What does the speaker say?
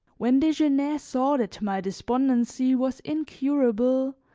when desgenais saw that my despondency was incurable,